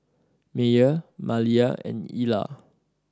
Meyer Maliyah and Ilah